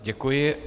Děkuji.